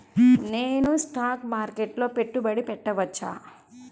నేను స్టాక్ మార్కెట్లో పెట్టుబడి పెట్టవచ్చా?